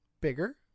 bigger